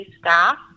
staff